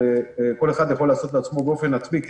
כל אחד יכול לעשות לעצמו באופן עצמאי כי